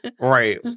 Right